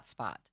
hotspot